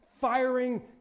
firing